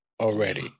already